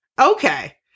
okay